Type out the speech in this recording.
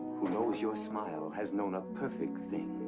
who knows your smile has known a perfect thing.